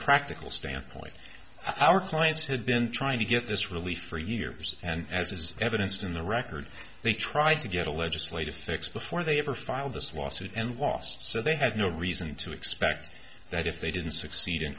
practical standpoint our clients had been trying to get this relief for years and as is evidenced in the record they tried to get a legislative fix before they ever filed this lawsuit and lost so they have no reason to expect that if they didn't succeed in